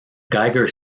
geiger